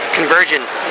Convergence